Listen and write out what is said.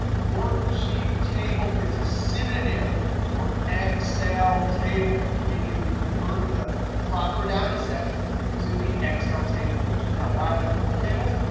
worksheet table is a synonym for excel table, meaning we converted the proper down sets using the excel table feature. now why are there four tables?